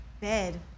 Bed